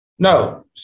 No